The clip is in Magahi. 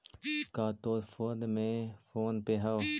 का तोर फोन में फोन पे हउ?